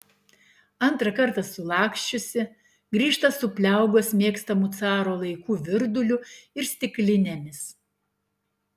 antrą kartą sulaksčiusi grįžta su pliaugos mėgstamu caro laikų virduliu ir stiklinėmis